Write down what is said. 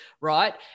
right